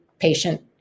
patient